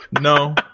No